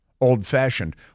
Old-fashioned